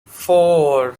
four